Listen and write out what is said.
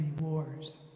wars